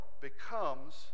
becomes